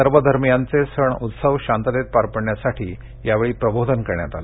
सर्व धर्मियांचे सण उत्सव शांततेत पार पाडण्यासाठी यावेळी प्रबोधन करण्यात आलं